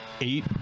eight